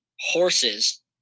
horses